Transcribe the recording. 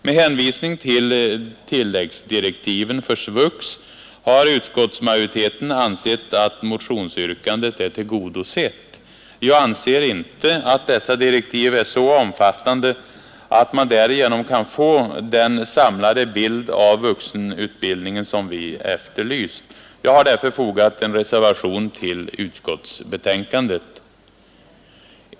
Med hänvisning till tilläggsdirektiven för SVUX har utskottsmajoriteten ansett att motionsyrkandet är tillgodosett. Jag anser inte att dessa direktiv är så omfattande att man därigenom kan få den samlade bild av vuxenutbildningen som vi efterlyst. Jag har därför fogat en reservation till utskottsbetänkandet.